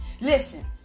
Listen